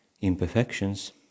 imperfections